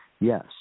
Yes